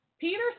Peter